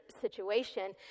situation